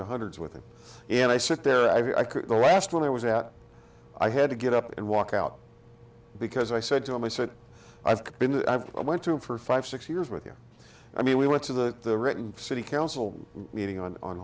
to hundreds with him and i sit there every i could the last one i was at i had to get up and walk out because i said to him i said i've been i've i went to him for five six years with you i mean we went to the written city council meeting on on